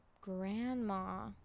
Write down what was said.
grandma